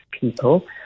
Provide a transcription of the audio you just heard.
people